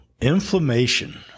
inflammation